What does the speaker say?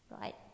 right